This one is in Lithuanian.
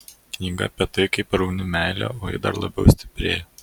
knyga apie tai kaip rauni meilę o ji dar labiau stiprėja